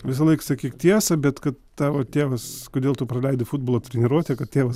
visąlaik sakyk tiesą bet kad tavo tėvas kodėl tu praleidi futbolo treniruotę kad tėvas